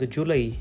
July